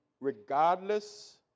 regardless